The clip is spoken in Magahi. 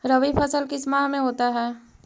रवि फसल किस माह में होता है?